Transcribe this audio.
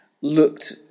looked